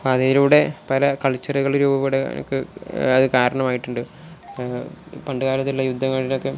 അപ്പം അതിലൂടെ പല കൾച്ചറുകൾ രൂപപ്പെടുക എനിക്ക് അത് കാരണമായിട്ടുണ്ട് പണ്ട് കാലത്തിലുള്ള യുദ്ധങ്ങളിലൊക്കെ